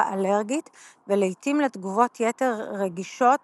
אלרגית ולעיתים לתגובות יתר רגישות